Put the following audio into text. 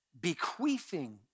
bequeathing